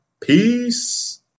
Peace